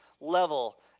level